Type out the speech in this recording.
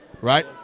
right